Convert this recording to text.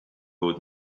old